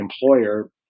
employer